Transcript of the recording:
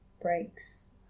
breaks